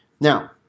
Now